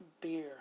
beer